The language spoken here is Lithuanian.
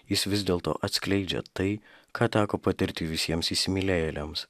jis vis dėlto atskleidžia tai ką teko patirti visiems įsimylėjėliams